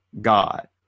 God